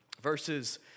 verses